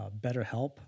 BetterHelp